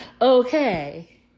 Okay